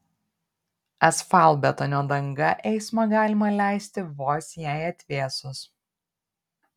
asfaltbetonio danga eismą galima leisti vos jai atvėsus